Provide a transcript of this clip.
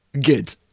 good